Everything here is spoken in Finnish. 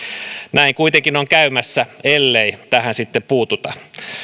näin kuitenkin on käymässä ellei tähän sitten puututa